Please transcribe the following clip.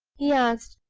he asked,